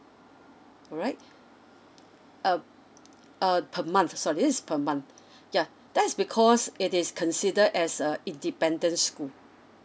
alright uh uh per month sorry this is per month yeah that's because it is considered as a independent school